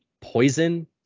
poison